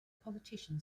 politician